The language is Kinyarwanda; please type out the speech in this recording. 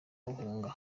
bahunga